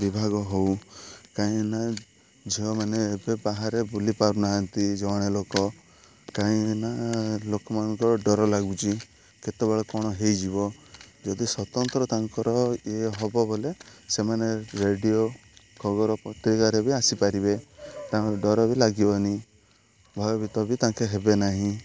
ବିଭାଗ ହେଉ କାହିଁକିନା ଝିଅମାନେ ଏବେ ବାହାରେ ବୁଲି ପାରୁନାହାନ୍ତି ଜଣେ ଲୋକ କାହିଁକିନା ଲୋକମାନଙ୍କର ଡ଼ର ଲାଗୁଛି କେତେବେଳେ କ ଣ ହୋଇଯିବ ଯଦି ସ୍ୱତନ୍ତ୍ର ତାଙ୍କର ଇଏ ହେବ ବୋଲେ ସେମାନେ ରେଡ଼ିଓ ଖବର ପତ୍ରିକାରେ ବି ଆସିପାରିବେ ତାଙ୍କୁ ଡ଼ର ବି ଲାଗିବନି ଭୟଭୀତ ବି ତାଙ୍କେ ହେବେ ନାହିଁ